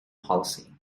policy